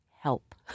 help